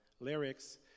lyrics